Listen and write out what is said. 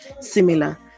similar